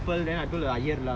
so I went to temple that day